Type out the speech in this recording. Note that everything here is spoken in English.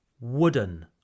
Wooden